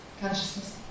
consciousness